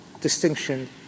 distinction